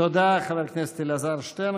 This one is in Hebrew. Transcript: תודה, חבר הכנסת אלעזר שטרן.